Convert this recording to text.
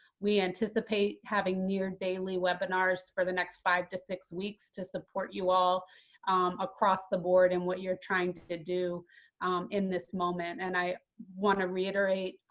we anticipate having near-daily webinars for the next five to six weeks to support you all across the board in what you're trying to to do in this moment. and i want to reiterate